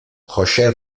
joxe